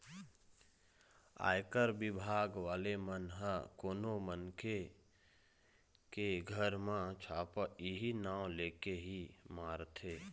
आयकर बिभाग वाले मन ह कोनो मनखे के घर म छापा इहीं नांव लेके ही मारथे